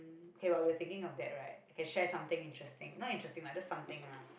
okay while we're thinking of that right I can share something interesting not interesting lah just something lah